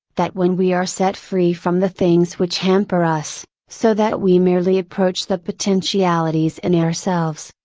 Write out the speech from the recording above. that when we are set free from the things which hamper us, so that we merely approach the potentialities in ourselves,